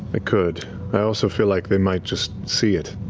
but could. i also feel like they might just see it,